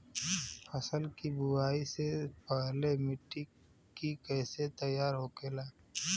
फसल की बुवाई से पहले मिट्टी की कैसे तैयार होखेला?